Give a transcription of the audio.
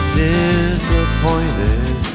disappointed